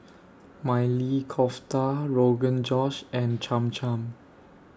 Maili Kofta Rogan Josh and Cham Cham